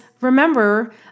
remember